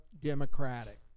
democratic